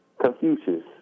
Confucius